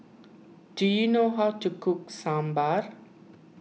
do you know how to cook Sambar